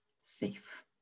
safe